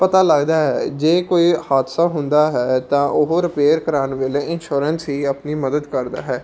ਪਤਾ ਲੱਗਦਾ ਹੈ ਜੇ ਕੋਈ ਹਾਦਸਾ ਹੁੰਦਾ ਹੈ ਤਾਂ ਉਹ ਰਿਪੇਅਰ ਕਰਾਉਣ ਵੇਲੇ ਇੰਸ਼ੋਰੈਂਸ ਹੀ ਆਪਣੀ ਮਦਦ ਕਰਦਾ ਹੈ